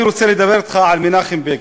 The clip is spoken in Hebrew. אני רוצה לדבר אתך על מנחם בגין,